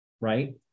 Right